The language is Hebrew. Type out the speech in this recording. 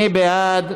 מי בעד?